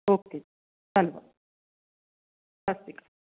okay ਧੰਨਵਾਦ ਸਤਿ ਸ਼੍ਰੀ ਅਕਾਲ